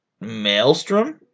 Maelstrom